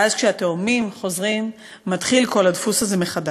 ואז, כשהתאומים חוזרים, מתחיל כל הדפוס הזה מחדש.